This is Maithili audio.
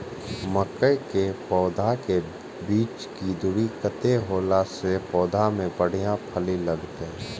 मके के पौधा के बीच के दूरी कतेक होला से पौधा में बढ़िया फली लगते?